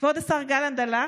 כבוד השר גלנט הלך,